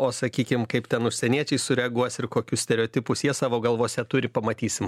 o sakykim kaip ten užsieniečiai sureaguos ir kokius stereotipus jie savo galvose turi pamatysim